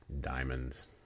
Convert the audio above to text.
diamonds